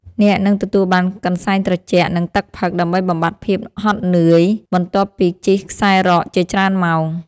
អ្នកនឹងទទួលបានកន្សែងត្រជាក់ និងទឹកផឹក ដើម្បីបំបាត់ភាពហត់នឿយបន្ទាប់ពីជិះខ្សែរ៉កជាច្រើនម៉ោង។